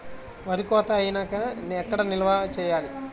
వరి కోత అయినాక ఎక్కడ నిల్వ చేయాలి?